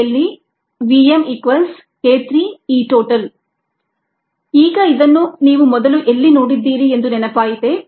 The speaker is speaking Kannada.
ಎಲ್ಲಿ ಈಗ ಇದನ್ನು ನೀವು ಮೊದಲು ಎಲ್ಲಿ ನೋಡಿದ್ದೀರಿ ಎಂದು ನೆನಪಾಯಿತೇ